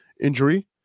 injury